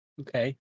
Okay